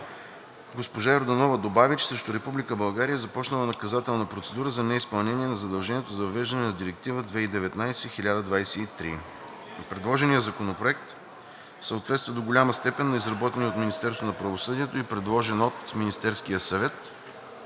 Госпожа Йорданова добави, че срещу Република България е започнала наказателна процедура за неизпълнение на задължението за въвеждане на Директива (ЕС) 2019/1023. Предложеният законопроект съответства до голяма степен на изработения от Министерството